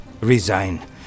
resign